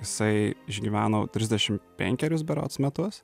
jisai išgyveno trisdešim penkerius berods metus